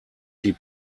die